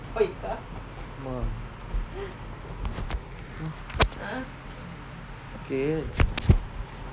mum okay